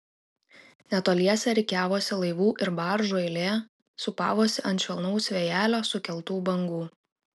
netoliese rikiavosi laivų ir baržų eilė sūpavosi ant švelnaus vėjelio sukeltų bangų